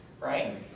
right